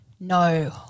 no